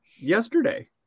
Yesterday